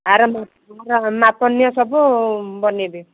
ଆର ମାପ ନିଅ ସବୁ ବନାଇବେ